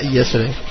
yesterday